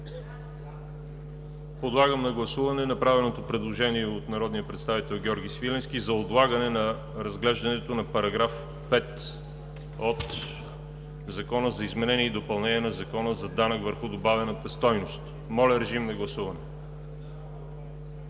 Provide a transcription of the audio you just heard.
Подлагам на гласуване направеното предложение от народния представител Георги Свиленски за отлагане на разглеждането на § 5 от Закона за изменение и допълнение на Закона за данък върху добавената стойност. Гласували